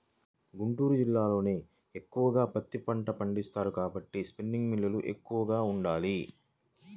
గుంటూరు జిల్లాలోనే ఎక్కువగా పత్తి పంట పండిస్తారు కాబట్టి స్పిన్నింగ్ మిల్లులు ఎక్కువగా ఉండాలి